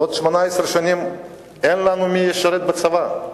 בעוד 18 שנים אין לנו מי שישרת בצבא.